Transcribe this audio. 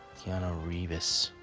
yeah and reevis.